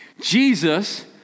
Jesus